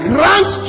Grant